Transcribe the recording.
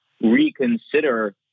reconsider